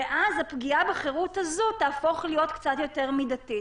ואז הפגיעה בחירות הזו תהפוך להיות קצת יותר מידתית.